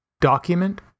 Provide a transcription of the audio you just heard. document